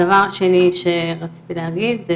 הדבר השני שרציתי להגיד,